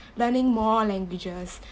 learning more languages